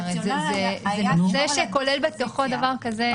זה שכולל בתוכו דבר כזה,